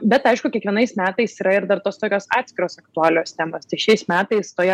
bet aišku kiekvienais metais yra ir dar tos tokios atskiros aktualios temos tai šiais metais toje